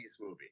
movie